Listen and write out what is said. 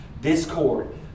discord